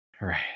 right